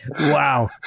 Wow